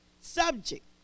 subject